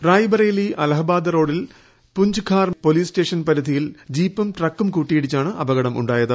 റായി ബെറേലി അലഹബാദ് റോഡിൽ Punchkhar police station പരിധിയിൽ ജീപ്പും ട്രക്കും കൂട്ടിയിടിച്ചാണ് അപകടമുണ്ടായത്